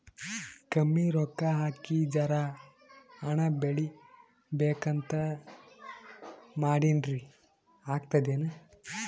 ಕಮ್ಮಿ ರೊಕ್ಕ ಹಾಕಿ ಜರಾ ಹಣ್ ಬೆಳಿಬೇಕಂತ ಮಾಡಿನ್ರಿ, ಆಗ್ತದೇನ?